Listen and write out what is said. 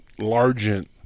Largent